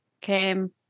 came